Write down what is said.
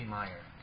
Meyer 。